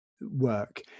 work